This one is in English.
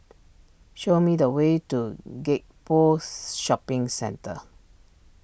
show me the way to Gek Poh Shopping Centre